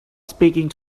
speaking